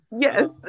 Yes